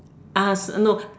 ah so no